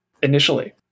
Initially